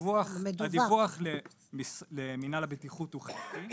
הדיווח למנהל הבטיחות הוא חלקי,